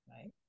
Right